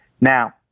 Now